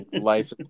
Life